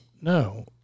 No